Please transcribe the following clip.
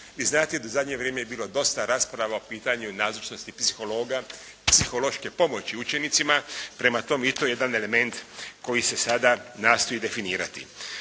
Vi znate da zadnje vrijeme je bilo dosta rasprava o pitanju nazočnosti psihologa, psihološke pomoći učenicima, prema tome i to je jedan element koji se sada nastoji definirati.